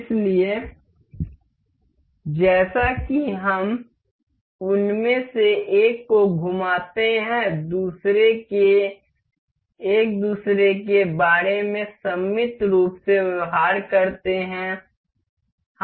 इसलिए जैसा कि हम उनमें से एक को घुमाते हैं दूसरे एक दूसरे के बारे में सममित रूप से व्यवहार करते हैं